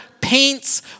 paints